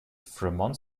fremont